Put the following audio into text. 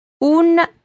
Un